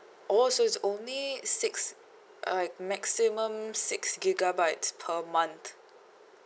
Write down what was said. oh so it's only six uh maximum six gigabytes per month